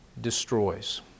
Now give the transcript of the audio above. Destroys